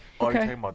Okay